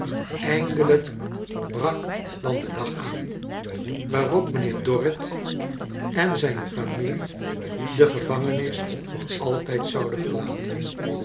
eindelijk brak dan de dag aan waarop mijnheer dorrit en zijne familie de gevangenis voor altijd zouden verlaten